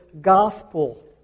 gospel